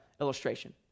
illustration